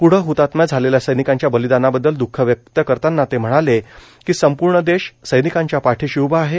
प्ढ हृतात्मा झालेल्या सैनिकांच्या बलिदानाबद्दल दःख व्यक्त करताना ते म्हणाले की संपूर्ण देश सैनिकांच्या पाठीशी उभा आहे